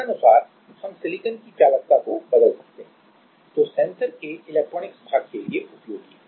और तदनुसार हम सिलिकॉन की चालकता को बदल सकते हैं जो सेंसर के इलेक्ट्रॉनिक्स भाग के लिए उपयोगी है